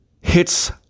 hits